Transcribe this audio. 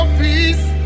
peace